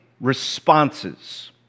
responses